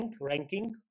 ranking